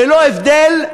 ללא הבדל,